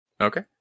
Okay